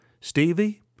Stevie